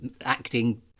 acting